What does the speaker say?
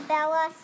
Bella